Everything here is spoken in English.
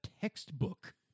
textbook